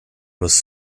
was